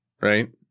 right